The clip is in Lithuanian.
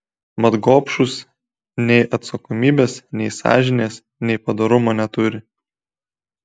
mat gobšūs nei atsakomybės nei sąžinės nei padorumo neturi